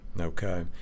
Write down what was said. Okay